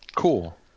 cool